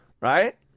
right